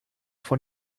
von